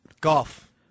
Golf